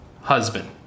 husband